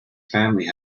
family